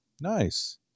Nice